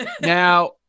Now